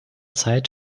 zeit